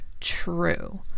true